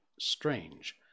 strange